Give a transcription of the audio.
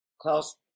Klaus